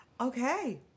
Okay